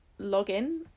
login